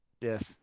Yes